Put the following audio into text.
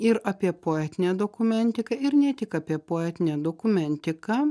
ir apie poetinę dokumentiką ir ne tik apie poetinę dokumentiką